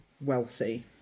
wealthy